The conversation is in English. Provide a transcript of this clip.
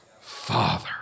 Father